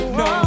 no